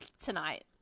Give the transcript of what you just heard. tonight